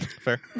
Fair